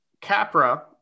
Capra